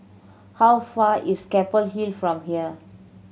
how far is Keppel Hill from here